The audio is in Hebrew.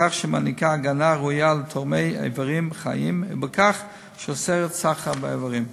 כמי שמעניקה הגנה ראויה לתורמי איברים חיים ואוסרת סחר באיברים.